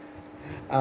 uh